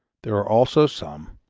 there are also some,